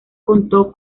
contó